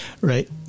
Right